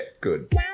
good